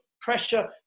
pressure